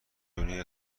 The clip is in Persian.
دنیای